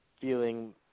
feeling